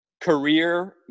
career